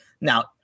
Now